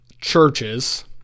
churches